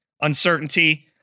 uncertainty